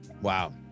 Wow